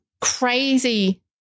crazy